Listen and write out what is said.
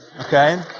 okay